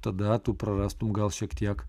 tada tu prarastum gal šiek tiek